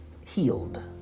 healed